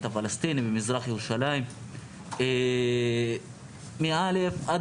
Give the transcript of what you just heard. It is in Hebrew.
הפלסטינית במזרח ירושלים מכיתה א' ועד